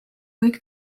kõik